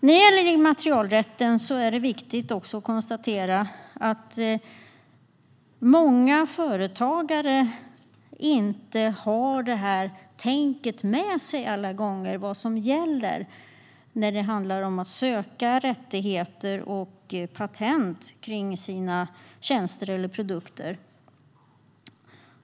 När det gäller immaterialrätten är det viktigt att konstatera att många företagare inte har tänket med sig alla gånger om vad som gäller för att söka rättigheter och patent för sina tjänster eller produkter.